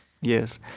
yes